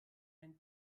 ein